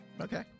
Okay